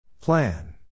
Plan